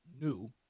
New